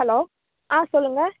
hello ஆ சொல்லுங்கள்